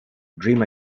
dream